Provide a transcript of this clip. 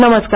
नमस्कार